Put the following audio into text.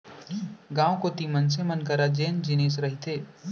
गाँव कोती मनसे मन करा जेन जिनिस रहिथे